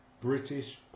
British